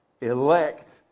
elect